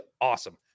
awesome